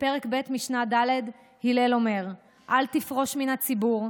בפרק ב' משנה ד' הלל אומר: "אל תפרוש מן הציבור,